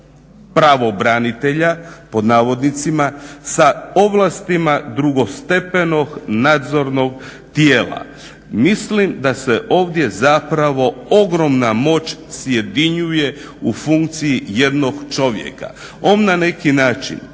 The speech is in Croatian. pravobranitelja pod navodnicima, sa ovlastima drugostepenog nadzornog tijela. Mislim da se ovdje zapravo ogromna moć sjedinjuje u funkciji jednog čovjeka. On na neki način